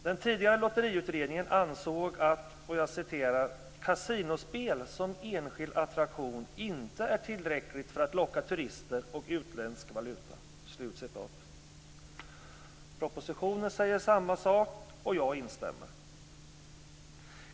Den tidigare lotteriutredningen ansåg att "kasinospel, som enskild attraktion, inte är tillräckligt för att locka turister och utländsk valuta". Propositionen säger samma sak, och jag instämmer.